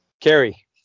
Carrie